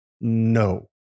no